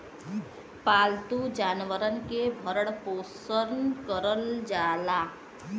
पालतू जानवरन के भरण पोसन करल जाला